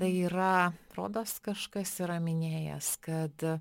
tai yra rodos kažkas yra minėjęs kad